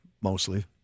mostly